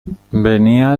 venía